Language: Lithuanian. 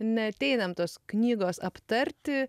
neateinam tos knygos aptarti